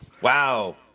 Wow